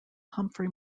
humphrey